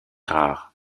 rare